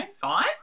Fine